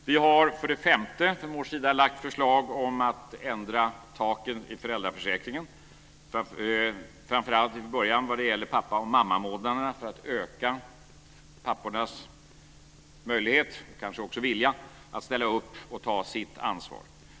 Vi har för det femte lagt fram förslag om att ändra taken i föräldraförsäkringen för framför allt till en början vad gäller pappa och mammamånaderna för att öka pappors möjlighet, kanske också vilja, att ställa upp och ta sitt ansvar.